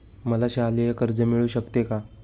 मला शालेय कर्ज मिळू शकते का?